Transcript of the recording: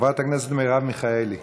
חברת הכנסת מרב מיכאלי,